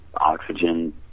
Oxygen